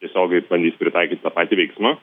tiesiogiai bandys pritaikyt tą patį veiksmą